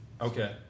Okay